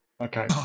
Okay